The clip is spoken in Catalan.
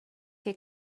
què